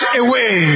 away